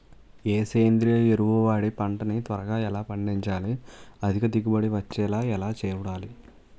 ఏ సేంద్రీయ ఎరువు వాడి పంట ని త్వరగా ఎలా పండించాలి? అధిక దిగుబడి వచ్చేలా ఎలా చూడాలి?